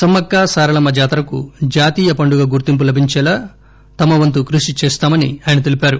సమ్మక్క సారలమ్మ జాతరకు జాతీయ పండుగ గుర్తింపు లభించేలా తమవంతు కృషిచేస్తామని ఆయన తెలిపారు